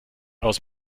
aus